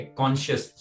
conscious